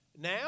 Now